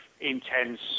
intense